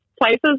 Places